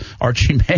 Archie